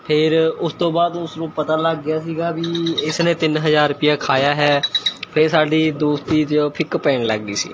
ਫੇਰ ਉਸ ਤੋਂ ਬਾਅਦ ਉਸਨੂੰ ਪਤਾ ਲੱਗ ਗਿਆ ਸੀਗਾ ਵੀ ਇਸਨੇ ਤਿੰਨ ਹਜ਼ਾਰ ਰੁਪਇਆ ਖਾਇਆ ਹੈ ਫੇਰ ਸਾਡੀ ਦੋਸਤੀ 'ਚ ਫਿੱਕ ਪੈਣ ਲੱਗ ਗਈ ਸੀ